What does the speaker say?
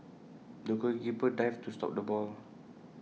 the goalkeeper dived to stop the ball